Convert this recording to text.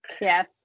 Yes